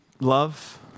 love